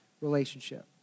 relationship